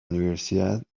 universidad